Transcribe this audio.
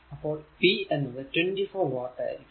അപ്പോൾ ഈ p എന്നത് 24 വാട്ട് ആയിരിക്കും